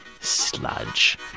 sludge